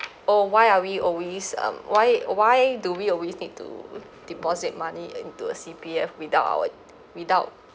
oh why are we always um why why do we always need to deposit money into a C_P_F without our without